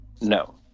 No